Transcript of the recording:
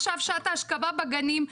עכשיו שעת ההשכבה בגנים,